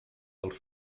dels